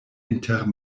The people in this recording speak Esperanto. inter